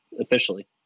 officially